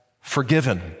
forgiven